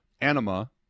anima